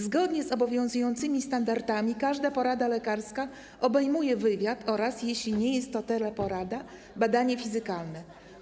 Zgodnie z obowiązującymi standardami każda porada lekarska obejmuje wywiad oraz, jeśli nie jest to teleporada, badanie fizykalne.